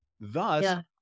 Thus